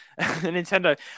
Nintendo